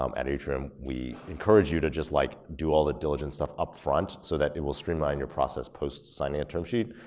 um at atrium, we encourage you to just like do all the diligence stuff upfront so that it will streamline your process post signing a terms sheet